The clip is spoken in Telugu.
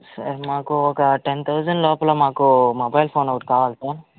సార్ మాకు ఒక టెన్ థౌజండ్ లోపల మాకు మొబైల్ ఫోను ఒకటి కావాలి సార్